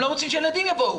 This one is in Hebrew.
הם לא רוצים שהילדים יבואו.